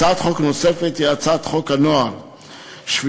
הצעת חוק נוספת היא הצעת חוק הנוער (שפיטה,